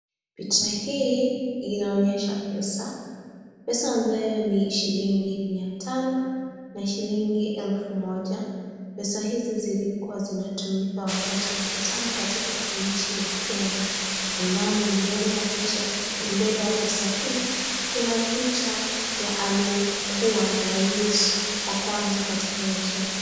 Picha hii inaonyesha pesa. Pesa ambayo ni shilingi mia tano na shilingi elfu moja . Pesa hizi zilikuwa zinatumika wakati wa kitambo katika nchi ya Kenya ambamo mbele ya pesa hii kuna picha ya aliyekuwa rais wa kwanza katika nchi ya Kenya.